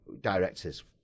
directors